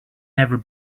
never